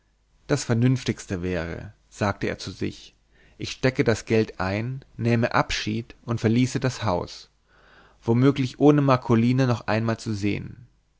das vernünftigste wäre sagte er zu sich ich steckte das geld ein nähme abschied und verließe das haus womöglich ohne marcolina noch einmal zu sehen